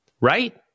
right